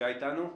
שי איתנו?